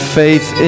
faith